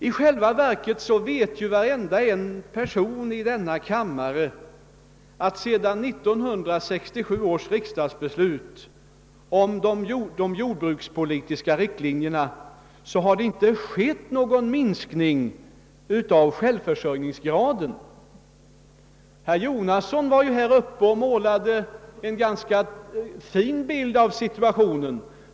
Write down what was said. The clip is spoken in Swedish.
I själva verket vet ju alla ledamöter av denna kammare att det efter 1967 års riksdagsbeslut om de jordbrukspolitiska riktlinjerna inte skett någon minskning av självförsörjningsgraden. Herr Jonasson målade ju en ganska ljus bild av situationen.